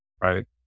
right